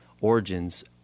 origins